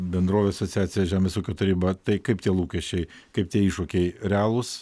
bendrovių asociacija žemės ūkio taryba tai kaip tie lūkesčiai kaip tie iššūkiai realūs